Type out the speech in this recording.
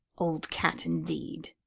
old cat, indeed!